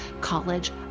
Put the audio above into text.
College